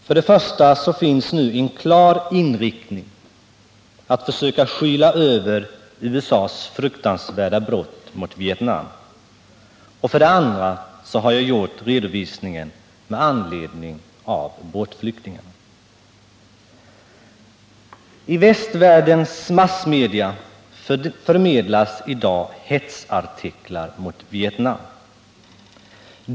För det första finns nu en klar vilja att försöka skyla över USA:s fruktansvärda brott mot Vietnam, och för det andra har jag gjort redovisningen med anledning av båtflyktingarna. I västvärldens massmedia förmedlas i dag hetsartiklar mot Vietnam.